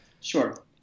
sure